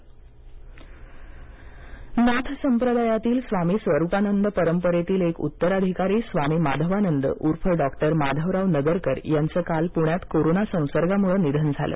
निधन स्वामी माधवानंद नाथ संप्रदायातील स्वामी स्वरूपानंद परंपरेतील एक उत्तराधिकारी स्वामी माधवानंद उर्फ डॉक्टर माधवराव नगरकर यांचं काल पूण्यात कोरोना संसर्गामुळं निधन झालं